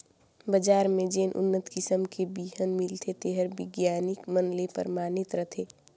बजार में जेन उन्नत किसम के बिहन मिलथे तेहर बिग्यानिक मन ले परमानित रथे